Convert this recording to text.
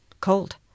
cold